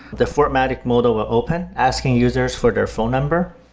the fortmatic modal will open asking users for their phone number.